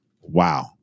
wow